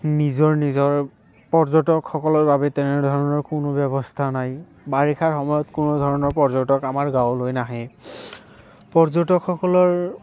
নিজৰ নিজৰ পৰ্যটকসকলৰ বাবে তেনেধৰণৰ কোনো ব্যৱস্থা নাই বাৰিষাৰ সময়ত কোনোধৰণৰ পৰ্যটক আমাৰ গাঁৱলৈ নাহে পৰ্যটকসকলৰ